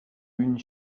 une